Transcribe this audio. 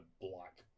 black